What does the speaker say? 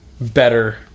better